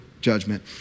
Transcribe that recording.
judgment